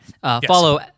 Follow